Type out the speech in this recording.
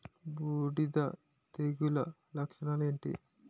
బూడిద తెగుల లక్షణాలు ఏంటి?